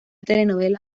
telenovela